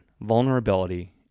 vulnerability